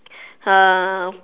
um